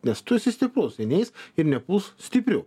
nes tu esi stiprus jie neis ir nepuls stiprių